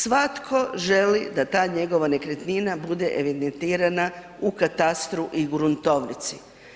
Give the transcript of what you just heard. Svatko želi da ta njegova nekretnina bude evidentirana u katastru i gruntovnici.